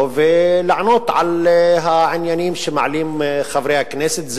ולענות על העניינים שמעלים חברי הכנסת.